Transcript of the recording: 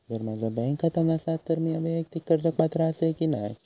जर माझा बँक खाता नसात तर मीया वैयक्तिक कर्जाक पात्र आसय की नाय?